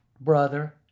brother